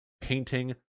painting